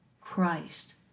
Christ